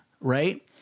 right